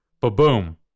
Ba-boom